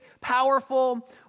powerful